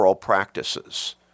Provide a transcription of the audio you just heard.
practices